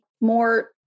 more